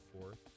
fourth